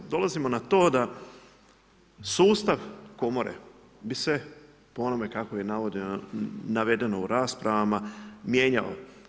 Dolazimo na to da sustav Komore bi se po onome kako je navedeno u raspravama mijenjao.